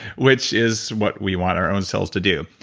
which is what we want our own cells to do.